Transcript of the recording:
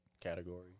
category